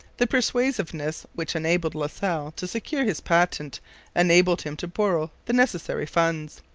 the persuasiveness which enabled la salle to secure his patent enabled him to borrow the necessary funds.